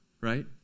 right